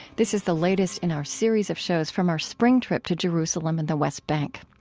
this is the latest in our series of shows from our spring trip to jerusalem and the west bank.